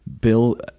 Bill